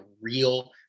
real